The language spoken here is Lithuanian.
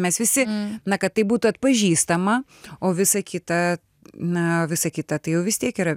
mes visi na kad tai būtų atpažįstama o visa kita na visa kita tai jau vis tiek yra